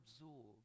absorb